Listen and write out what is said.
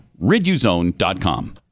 RidUzone.com